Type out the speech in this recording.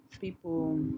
people